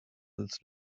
als